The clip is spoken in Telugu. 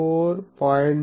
4 0